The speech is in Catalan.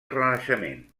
renaixement